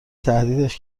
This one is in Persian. تهدیدش